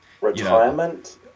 Retirement